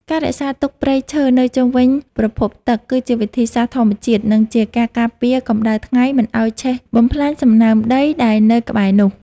ការរក្សាទុកព្រៃឈើនៅជុំវិញប្រភពទឹកគឺជាវិធីសាស្ត្រធម្មជាតិ និងជាការការពារកម្តៅថ្ងៃមិនឱ្យឆេះបំផ្លាញសំណើមដីដែលនៅក្បែរនោះ។